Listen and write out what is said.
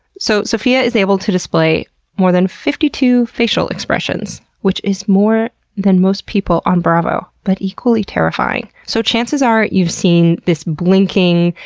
so sophia is able to display more than fifty-two facial expressions, which is more than most people on bravo, but equally terrifying. so chances are you've seen this blinking,